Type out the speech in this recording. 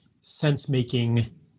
sense-making